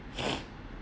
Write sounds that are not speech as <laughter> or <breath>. <breath>